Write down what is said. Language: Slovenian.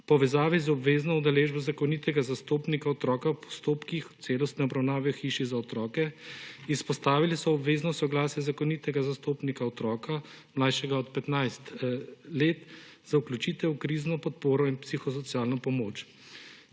povezavi z obvezno udeležbo zakonitega zastopnika otroka v postopkih celostne obravnave v hiši za otroke, izpostavili so obvezno soglasje zakonitega zastopnika otroka, mlajšega od 15 let, za vključitev v krizno podporo in psihosocialno pomoč.